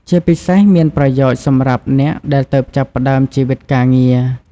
ជាពិសេសមានប្រយោជន៍សម្រាប់អ្នកដែលទើបចាប់ផ្ដើមជីវិតការងារ។